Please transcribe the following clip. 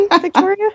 victoria